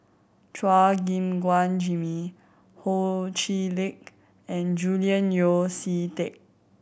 Chua Gim Guan Jimmy Ho Chee Lick and Julian Yeo See Teck